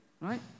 right